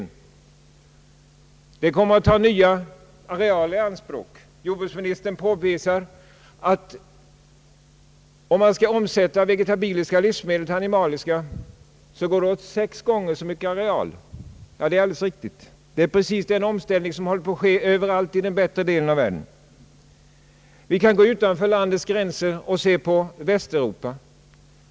För detta behöver man ta nya arealer i anspråk. Jordbruksministern påvisade att om man skall omsätta vegetabiliska livsmedel till animaliska går det åt sex gånger så mycket areal. Detta är alldeles riktigt. Det är precis den omställning som håller på att ske litet varstans i världen. Vi kan gå utanför landets gränser och se på Västeuropa.